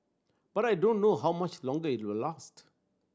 but I don't know how much longer it will last